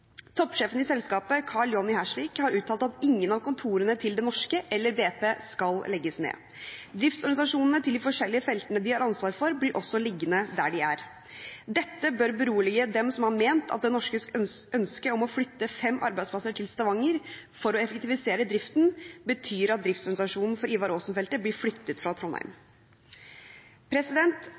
Toppsjefen i selskapet, Karl Johnny Hersvik, har uttalt at ingen av kontorene til Det norske eller BP skal legges ned. Driftsorganisasjonene til de forskjellige feltene de har ansvar for, blir også liggende der de er. Dette bør berolige dem som har ment at Det norskes ønske om å flytte fem arbeidsplasser til Stavanger for å effektivisere driften, betyr at driftsorganisasjonen for Ivar Aasen-feltet blir flyttet fra Trondheim.